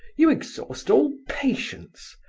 you exhaust all patience,